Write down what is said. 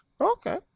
Okay